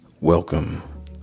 Welcome